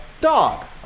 dog